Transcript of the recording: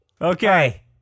Okay